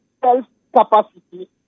self-capacity